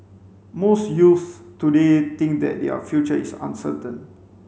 most youths today think that their future is uncertain